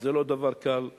זה לא דבר קל להתמודד.